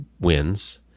wins